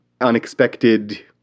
unexpected